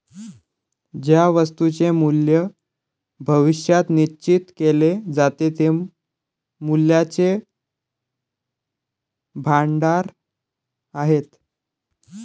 ज्या वस्तूंचे मूल्य भविष्यात निश्चित केले जाते ते मूल्याचे भांडार आहेत